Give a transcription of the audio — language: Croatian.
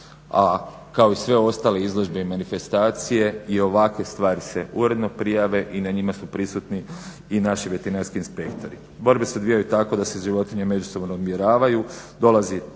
a kao i sve ostale izložbe i manifestacije i ovakve stvari se uredno prijave i na njima su prisutni i naši veterinarski inspektori. Borbe se odvijaju tako da se životinje međusobno odmjeravaju.